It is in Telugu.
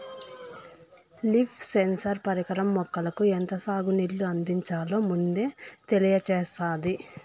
లీఫ్ సెన్సార్ పరికరం మొక్కలకు ఎంత సాగు నీళ్ళు అందించాలో ముందే తెలియచేత్తాది